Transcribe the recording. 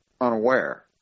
unaware